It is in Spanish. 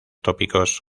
tópicos